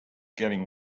getting